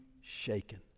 shaken